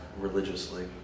religiously